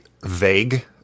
vague